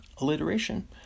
Alliteration